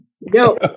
No